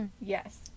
Yes